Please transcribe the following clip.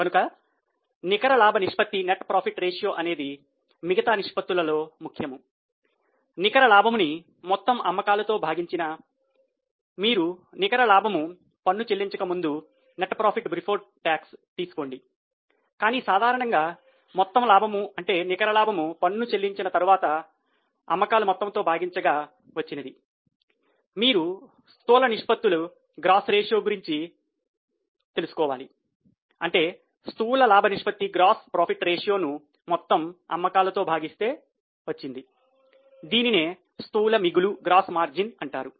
కనుక నికర లాభ నిష్పత్తి అంటారు